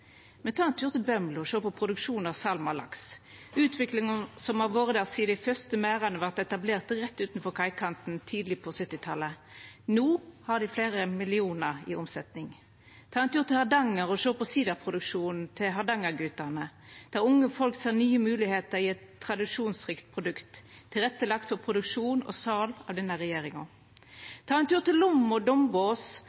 og sjå på produksjonen av salmalaks, på utviklinga som har vore der sidan dei første merdane vart etablerte rett utanfor kaikanten tidleg på 1970-talet. No har dei fleire millionar i omsetning. Ta ein tur til Hardanger og sjå på siderproduksjonen til Hardangergutane, der unge folk ser nye moglegheiter i eit tradisjonsrikt produkt, tilrettelagt for produksjon og sal av denne